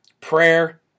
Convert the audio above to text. Prayer